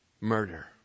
Murder